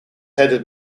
headed